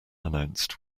announced